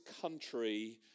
country